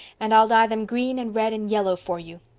and i'll dye them green and red and yellow for you.